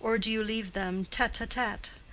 or do you leave them tete-a-tete?